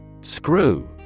Screw